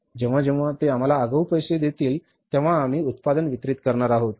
जेव्हा जेव्हा ते आम्हाला आगाऊ पैसे देतील तेव्हा आम्ही उत्पादन वितरीत करणार आहोत